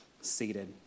seated